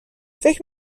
فکر